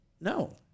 no